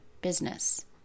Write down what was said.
business